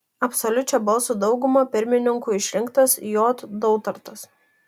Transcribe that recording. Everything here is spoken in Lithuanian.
absoliučia balsų dauguma pirmininku išrinktas j dautartas